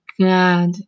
God